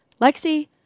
Lexi